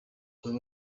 baba